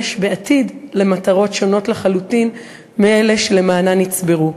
בעתיד למטרות שונות לחלוטין מאלה שלמענן נצברו,